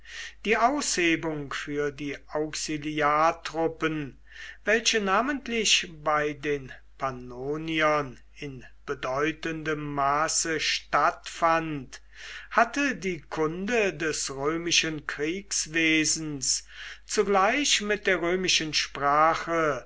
die aushebung für die auxiliartruppen welche namentlich bei den pannoniern in bedeutendem maße stattfand hatte die kunde des römischen kriegswesens zugleich mit der römischen sprache